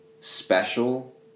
special